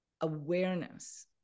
awareness